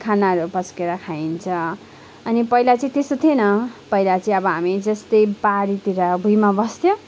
खानाहरू पस्किएर खाइन्छ अनि पहिला चाहिँ त्यस्तो थिएन पहिला चाहिँ अब हामी जस्तै बारीतिर भुइँमा बस्थ्यौँ